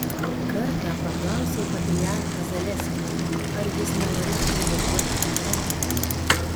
kartą paklausiau patriarchą zaleskį ar jis nenorėtų nuvažiuoti į lenkiją